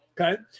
okay